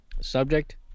Subject